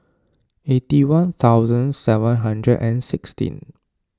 eighty one thousand seven hundred and sixteen